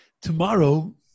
tomorrow